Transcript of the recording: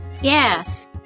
Yes